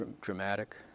dramatic